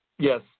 Yes